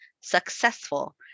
successful